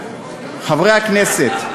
חברי הכנסת,